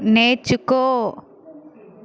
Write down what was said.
నేర్చుకో